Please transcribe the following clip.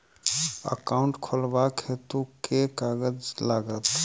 Account खोलाबक हेतु केँ कागज लागत?